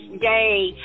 Day